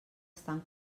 estan